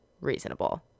Reasonable